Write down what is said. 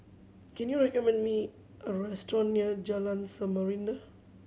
can you recommend me a restaurant near Jalan Samarinda